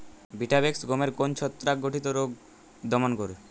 Vitavax গমের কোন ছত্রাক ঘটিত রোগ দমন করে?